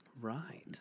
Right